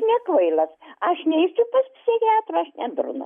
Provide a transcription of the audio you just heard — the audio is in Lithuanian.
ne kvailas aš neisiu pas psichiatrą aš ne durna